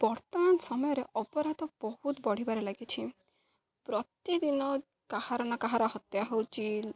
ବର୍ତ୍ତମାନ ସମୟରେ ଅପରାଧ ବହୁତ ବଢ଼ିବାରେ ଲାଗିଛି ପ୍ରତିଦିନ କାହାର ନା କାହାର ହତ୍ୟା ହେଉଛି